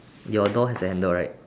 your door has a handle right